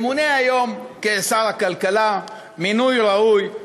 ימונה היום לשר הכלכלה, מינוי ראוי.